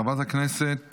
חברת הכנסת